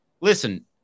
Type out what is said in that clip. listen